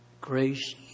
grace